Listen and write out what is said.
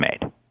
made